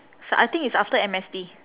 s~ I think it's after M_S_T